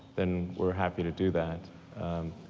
then we're happy to do that,